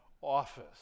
office